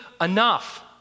enough